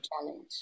challenge